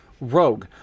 Rogue